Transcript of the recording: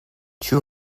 two